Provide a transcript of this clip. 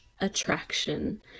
attraction